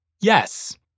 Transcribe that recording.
Yes